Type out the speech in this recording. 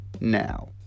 now